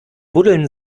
buddeln